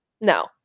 no